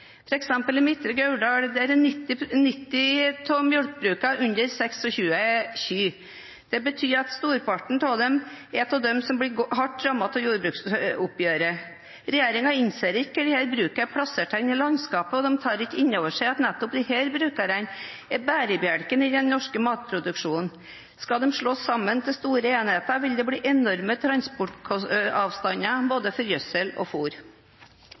eksempel i Midtre Gauldal har 90 av melkebrukene under 26 kyr. Storparten av de brukene blir hardt rammet av jordbruksoppgjøret. Regjeringen innser ikke hvor disse brukene er plassert i landskapet, og de tar ikke inn over seg at nettopp disse brukene er bærebjelkene i den norske matproduksjonen. Skal de slås sammen til store enheter, vil det bli enorme transportavstander både for gjødsel og fôr. Regjeringa har brote med jordbruksnæringa, og jordbruksoppgjeret er lagt fram for